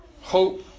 hope